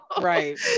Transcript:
right